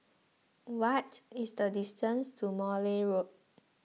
what is the distance to Morley Road